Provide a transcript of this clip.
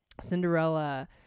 Cinderella